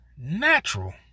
natural